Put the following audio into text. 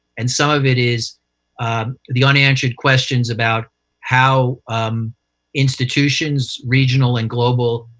and some of it is the unanswered questions about how institutions, regional and global,